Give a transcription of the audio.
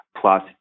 plus